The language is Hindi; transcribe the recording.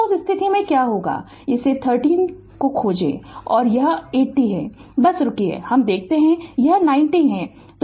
तो उस स्थिति में ऐसा क्या होगा कि इसे 30 खोजें और यह 80 है बस रुकिए हम देखतें है कि यह 90 है